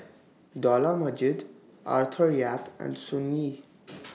Dollah Majid Arthur Yap and Sun Yee